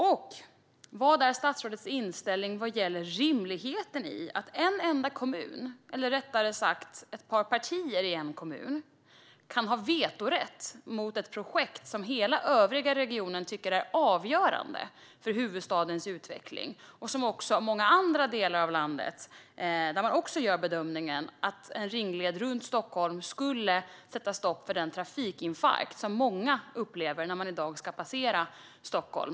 Och vad är statsrådets inställning vad gäller rimligheten i att en enda kommun, eller rättare sagt ett par partier i en kommun, kan ha vetorätt mot ett projekt som hela den övriga regionen tycker är avgörande för huvudstadens utveckling och där många andra delar av landet också gör bedömningen att en ringled runt Stockholm skulle sätta stopp för den trafikinfarkt som många upplever när de i dag ska passera Stockholm?